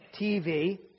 TV